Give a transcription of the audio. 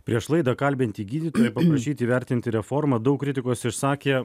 prieš laidą kalbinti gydytojai paprašyti įvertinti reformą daug kritikos išsakė